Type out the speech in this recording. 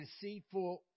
deceitful